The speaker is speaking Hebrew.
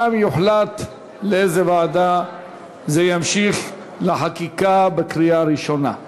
ושם יוחלט לאיזו ועדה זה ימשיך לחקיקה בקריאה ראשונה.